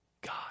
God